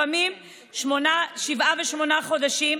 לפעמים זה שבעה ושמונה חודשים,